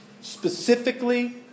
specifically